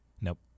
Nope